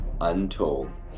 untold